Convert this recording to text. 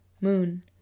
Moon